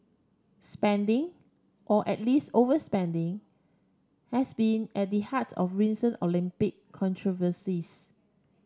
spending or at least overspending has been at the heart of recent Olympic controversies